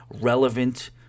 relevant